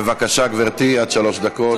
בבקשה, גברתי, עד שלוש דקות.